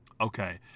Okay